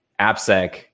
AppSec